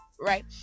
right